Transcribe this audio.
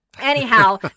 Anyhow